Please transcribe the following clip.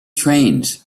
trains